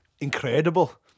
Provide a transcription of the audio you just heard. Incredible